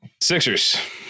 Sixers